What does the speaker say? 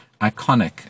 iconic